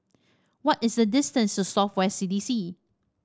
what is the distance to South West C D C